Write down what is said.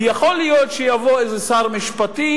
כי יכול להיות שיבוא איזה שר משפטים,